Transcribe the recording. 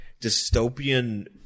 dystopian